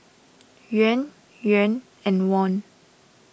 Yuan Yuan and Won